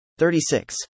36